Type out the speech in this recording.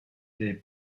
des